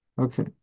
Okay